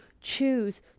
choose